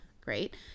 great